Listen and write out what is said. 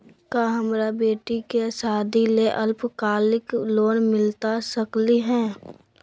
का हमरा बेटी के सादी ला अल्पकालिक लोन मिलता सकली हई?